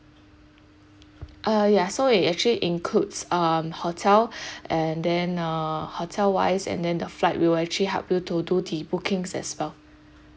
uh ya so it actually includes um hotel and then uh hotel wise and then the flight we'll actually help you to do the bookings as well